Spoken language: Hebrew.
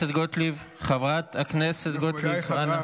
אני תכף אגיד לך.